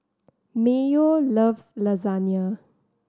Mayo loves Lasagna